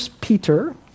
Peter